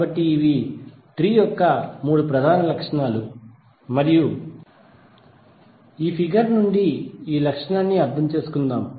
కాబట్టి ఇవి ట్రీ యొక్క మూడు ప్రధాన లక్షణాలు మరియు ఈ ఫిగర్ నుండి ఈ లక్షణాన్ని అర్థం చేసుకుందాం